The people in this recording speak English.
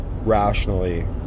rationally